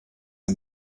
and